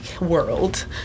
world